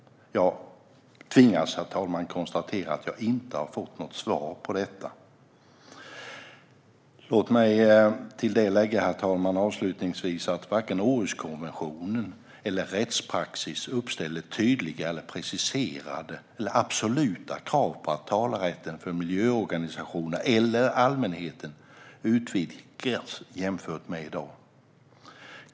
Jag tvingas konstatera att jag inte har fått något svar på det. Låt mig avslutningsvis lägga till att varken Århuskonventionen eller rättspraxis uppställer tydliga, preciserade eller absoluta krav på att talerätten för miljöorganisationer eller allmänheten utvidgas, jämfört med i dag.